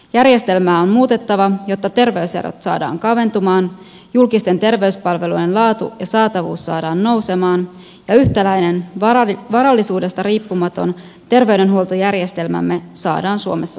järjestelmää on muutettava jotta terveyserot saadaan kaventumaan julkisten terveyspalvelujen laatu ja saatavuus saadaan nousemaan ja yhtäläinen varallisuudes ta riippumaton terveydenhuoltojärjestelmämme saadaan suomessa säilymään